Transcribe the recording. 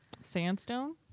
sandstone